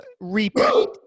repeat